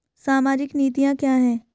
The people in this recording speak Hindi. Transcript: सामाजिक नीतियाँ क्या हैं?